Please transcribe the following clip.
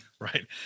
Right